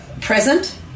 present